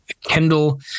Kendall